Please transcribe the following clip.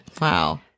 Wow